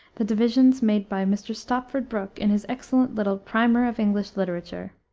the divisions made by mr. stopford brooke in his excellent little primer of english literature.